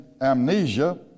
Amnesia